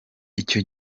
icyo